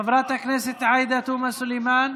חברת הכנסת עאידה תומא סלימאן,